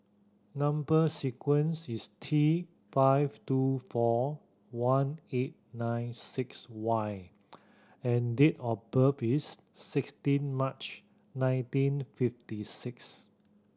number sequence is T five two four one eight nine six Y and date of birth is sixteen March nineteen fifty six